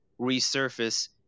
resurface